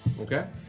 Okay